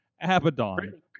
Abaddon